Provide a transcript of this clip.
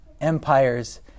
empires